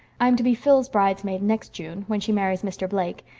i'm to be phil's bridesmaid next june, when she marries mr. blake,